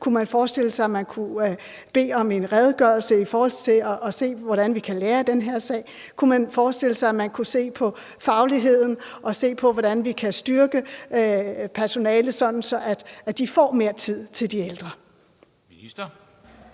kunne man forestille sig, at man kunne bede om en redegørelse for at se, hvordan vi kan lære af den her sag? Kunne man forestille sig, at man kunne se på fagligheden og se på, hvordan vi kan styrke personalet, sådan at de får mere tid til de ældre?